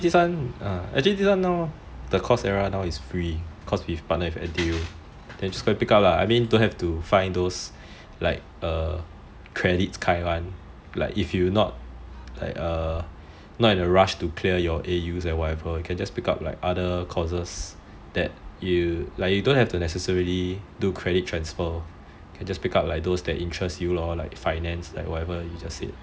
actually this one now the coursera now is free cause we partner now with N_T_U then you just go and pick up lah I mean don't have to find those like err credits kind [one] like if you not like err not in a rush to clear your A_U and whatever can just pick up like other courses that you like you don't have to necessarily do credit transfer can just pick up those like interest you lor or like finance like whatever you just said